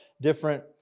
different